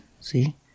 See